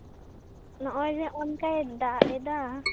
ᱱᱚᱜᱼᱚᱭ ᱡᱮ ᱱᱚᱝᱠᱟᱭ ᱫᱟᱜ ᱮᱫᱟ